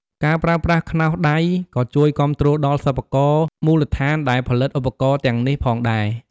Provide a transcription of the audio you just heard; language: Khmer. ការប្រើប្រាស់ខ្នោសដៃក៏ជួយគាំទ្រដល់សិប្បករមូលដ្ឋានដែលផលិតឧបករណ៍ទាំងនេះផងដែរ។